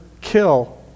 kill